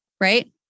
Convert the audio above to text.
Right